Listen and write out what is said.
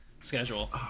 schedule